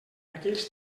aquells